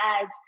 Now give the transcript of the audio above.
ads